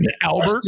albert